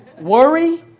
Worry